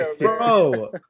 bro